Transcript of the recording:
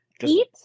Eat